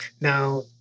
Now